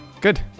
good